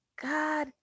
God